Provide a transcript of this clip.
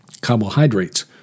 Carbohydrates